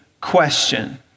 question